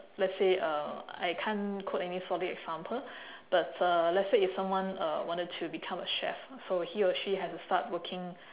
let's say uh I can't quote any solid example but uh let's say if someone uh wanted to become a chef so he or she have to start working